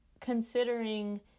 considering